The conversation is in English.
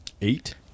Eight